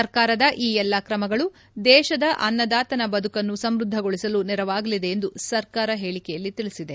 ಸರ್ಕಾರದ ಈ ಎಲ್ಲಾ ಕ್ರಮಗಳು ದೇಶದ ಅನ್ನದಾತನ ಬದುಕನ್ನು ಸಮ್ಯದ್ದಗೊಳಿಸಲು ನೆರವಾಗಲಿದೆ ಎಂದು ಸರ್ಕಾರ ಹೇಳಿಕೆಯಲ್ಲಿ ತಿಳಿಸಿದೆ